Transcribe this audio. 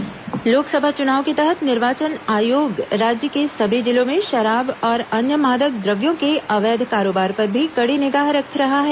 निर्वाचन जब्त सामग्री लोकसभा चुनाव के तहत निर्वाचन आयोग राज्य के सभी जिलों में शराब और अन्य मादक द्रव्यों के अवैध करोबार पर भी कड़ी निगाह रख रहा है